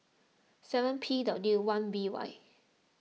seven P W one B Y